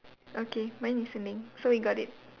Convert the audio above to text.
okay mine is standing so we got it